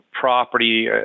property